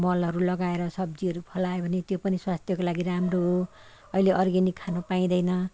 मलहरू लगाएर सब्जीहरू फलाए भने त्यो पनि स्वास्थ्यको लागि राम्रो हो अहिले अर्ग्यानिक खानु पाइँदैन